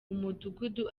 umudugudu